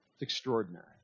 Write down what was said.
extraordinary